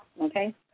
Okay